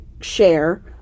share